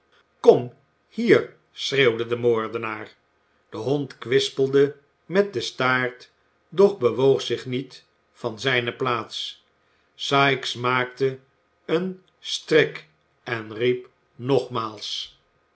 kom hier schreeuwde de moordenaar de hond kwispelde met den staart doch bewoog zich aiiet van zijne plaats sikes maakte een strik en riep nogmaals